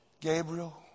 Gabriel